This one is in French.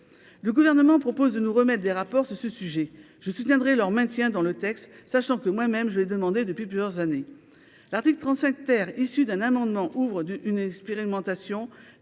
le gouvernement propose de nous remettre des rapports sur ce sujet, je soutiendrai leur maintien dans le texte, sachant que moi-même j'ai demandé depuis plusieurs années, l'article 35 ter, issu d'un amendement ouvre une expérimentation